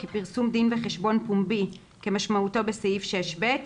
כפרסום דין וחשבון פומבי כמשמעותו בסעיף 6ב,